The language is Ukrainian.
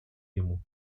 йому